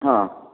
ହଁ